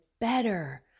better